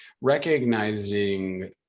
recognizing